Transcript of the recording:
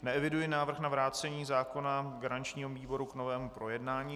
Neeviduji návrh na vrácení zákona garančního výboru k novému projednání.